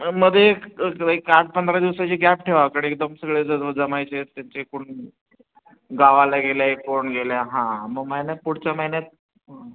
मध्ये एक एक आठ पंधरा दिवसाची गॅप ठेवा इकडे एकदम सगळे जमायचे आहेत त्यांचे कोण गावाला गेलं आहे कोण गेलं आहे हां मग महिन्यात पुढच्या महिन्यात